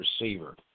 receiver